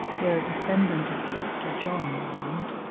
where a descendant of prester john reigned,